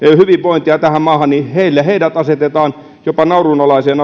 hyvinvointia tähän maahan asetetaan jopa naurunalaiseen